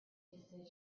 decisions